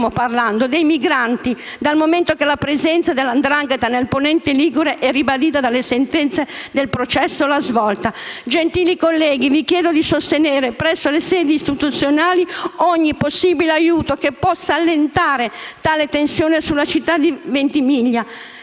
parlando - dei migranti, dal momento che la presenza della 'ndrangheta nel Ponente ligure è ribadita dalle sentenze del processo La Svolta. Gentili colleghi, vi chiedo di sostenere presso le sedi istituzionali ogni possibile aiuto che possa allentare tale tensione sulla città di Ventimiglia